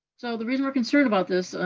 so, the reason we're concerned about this,